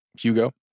Hugo